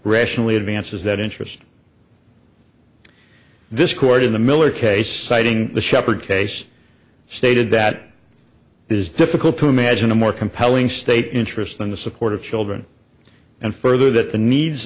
rationally advances that interest this court in the miller case citing the sheppard case stated that it is difficult to imagine a more compelling state interest than the support of children and further that the needs